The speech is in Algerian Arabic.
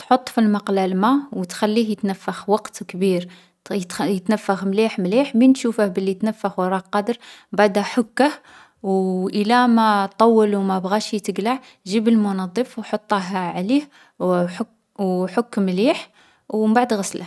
تحط في المقلة الما و تخليه يتنفّخ وقت كبير. يتخـ يتنفّخ مليح مليح، من تشوفه بلي تنفّخ و راه قادر بعدا حكّه. وو إلا ما طوّل و ما بغاش يتقلع، جيب المنظّف و حطه عليه و حكّ و حكّ مليح. و مبعد غسله.